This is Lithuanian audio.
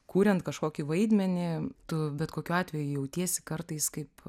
kuriant kažkokį vaidmenį tu bet kokiu atveju jautiesi kartais kaip